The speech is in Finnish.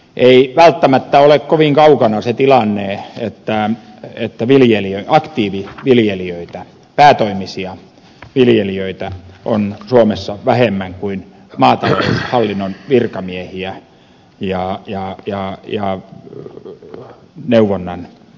ei välttämättä ole kovin kaukana se tilanne että aktiiviviljelijöitä päätoimisia viljelijöitä on suomessa vähemmän kuin maataloushallinnon virkamiehiä ja neuvonnan konsulentteja